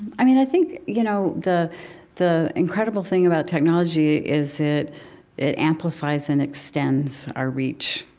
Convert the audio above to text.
i mean, i think, you know, the the incredible thing about technology is it it amplifies and extends our reach,